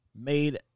made